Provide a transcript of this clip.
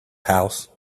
house